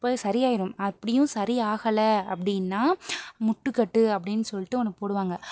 அப்போ சரியாயிரும் அப்படியும் சரி ஆகலை அப்படினா முட்டுக்கட்டு அப்படினு சொல்லிட்டு ஒன்று போடுவாங்க